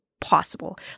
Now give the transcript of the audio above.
possible